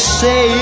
say